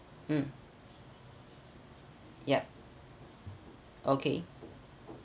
mm yup okay